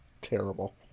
terrible